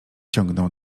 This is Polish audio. ciągnął